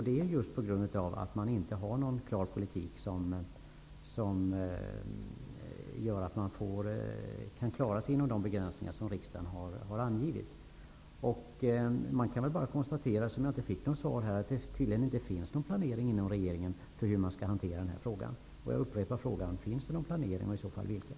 Det är just på grund av att man inte har någon klar politik som gör att man kan klara sig inom de begräsningar som riksdagen har angivit. Eftersom jag inte fick något svar i detta sammanhang, kan jag bara konstatera att det tydligen inte finns någon planering inom regeringen för hur man skall hantera denna fråga. Jag upprepar därför frågan: Finns det någon planering, och i så fall vilken?